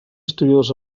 historiadors